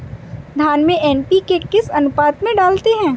धान में एन.पी.के किस अनुपात में डालते हैं?